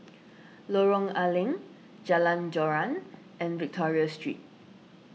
Lorong A Leng Jalan Joran and Victoria Street